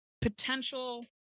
potential